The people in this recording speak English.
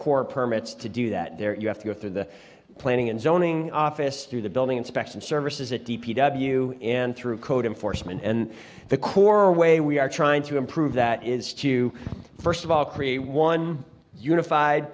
core permits to do that there you have to go through the planning and zoning office through the building inspection services that d p w and through code enforcement and the core way we are trying to improve that is to first of all create a one unified